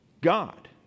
God